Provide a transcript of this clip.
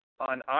on